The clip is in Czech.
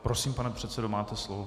Prosím, pane předsedo, máte slovo.